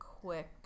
quick